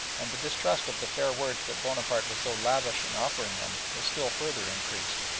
and the distrust of the fair words that bonaparte was so lavish in offering them was still further increased.